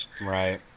Right